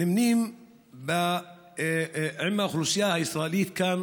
נמנים עם האוכלוסייה הישראלית כאן